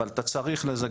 אבל אתה צריך לזה,